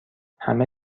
همه